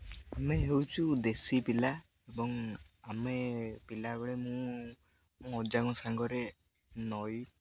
ଆମେ ହେଉଛୁ ଦେଶୀ ପିଲା ଏବଂ ଆମେ ପିଲାବେଳେ ମୁଁ ମୋ ଅଜାଙ୍କ ସାଙ୍ଗରେ ନଈ